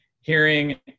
hearing